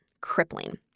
crippling